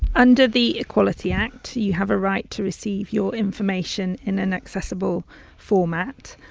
and the equality act you have a right to receive your information in an accessible format.